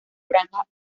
franjas